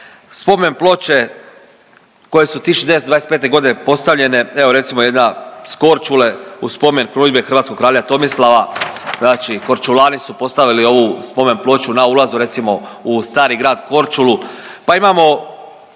spomen ploče koje su 1925. godine postavljene, evo recimo jedna s Korčule u spomen krunidbe hrvatskog kralja Tomislava. Znači Korčulani su postavili ovu spomen ploču na ulazu recimo u stari grad Korčulu. Pa imamo